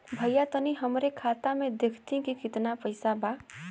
भईया तनि हमरे खाता में देखती की कितना पइसा बा?